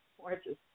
gorgeous